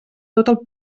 tot